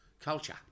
Culture